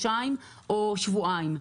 חודשיים או שבועיים.